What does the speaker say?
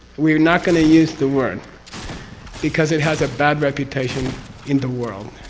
we're not going to use the word because it has a bad reputation in the world,